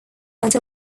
until